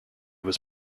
was